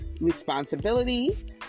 responsibilities